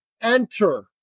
enter